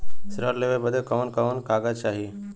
ऋण लेवे बदे कवन कवन कागज चाही?